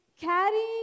carrying